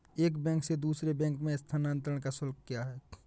एक बैंक से दूसरे बैंक में स्थानांतरण का शुल्क क्या है?